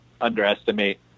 underestimate